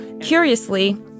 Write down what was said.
Curiously